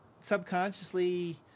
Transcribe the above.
subconsciously